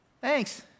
thanks